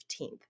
15th